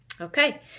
Okay